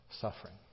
suffering